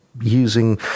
using